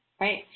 right